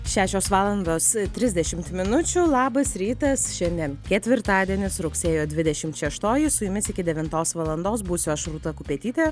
šešios valandos trisdešimt minučių labas rytas šiandien ketvirtadienis rugsėjo dvidešimt šeštoji su jumis iki devintos valandos būsiu aš rūta kupetytė